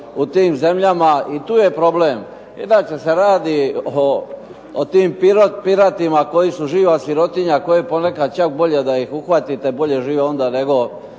u tim zemljama i tu je problem. Inače se radi o tim piratima koji su živa sirotinja koje ponekad čak bolje da ih uhvatite, bolje žive onda nego